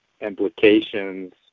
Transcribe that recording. implications